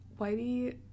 Whitey